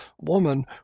woman